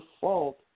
fault